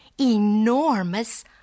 enormous